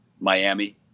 Miami